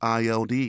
ILD